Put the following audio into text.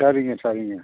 சரிங்க சரிங்க